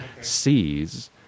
sees